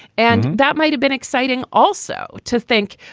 and that might have been exciting also to think.